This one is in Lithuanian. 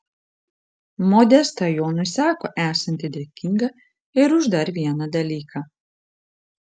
modesta jonui sako esanti dėkinga ir už dar vieną dalyką